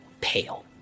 pale